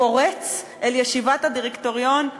פורץ לישיבת הדירקטוריון,